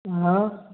हाँ